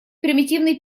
примитивный